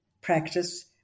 practice